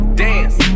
dance